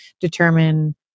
determine